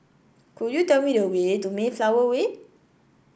could you tell me the way to Mayflower Way